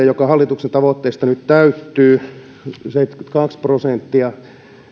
joka hallituksen tavoitteista nyt täyttyy seitsemänkymmentäkaksi prosenttia